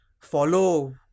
Follow